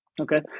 Okay